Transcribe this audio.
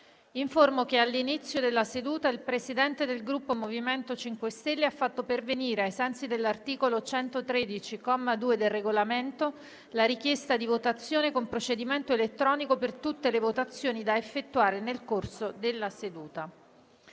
che all'inizio della seduta il Presidente del Gruppo MoVimento 5 Stelle ha fatto pervenire, ai sensi dell'articolo 113, comma 2, del Regolamento, la richiesta di votazione con procedimento elettronico per tutte le votazioni da effettuare nel corso della seduta.